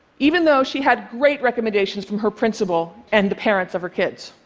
even though she had great recommendations from her principal and the parents of her kids.